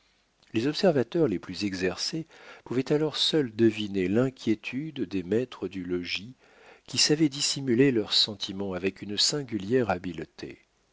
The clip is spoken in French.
les observateurs les plus exercés pouvaient alors seuls deviner l'inquiétude des maîtres du logis qui savaient dissimuler leurs sentiments avec une singulière habileté